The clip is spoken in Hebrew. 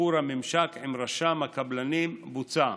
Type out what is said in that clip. שיפור הממשק עם רשם הקבלנים, בוצע.